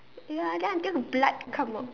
ya then until the blood come out